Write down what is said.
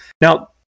Now